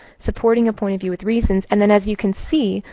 supporting a point of view with reason. and then, as you can see,